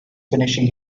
finishing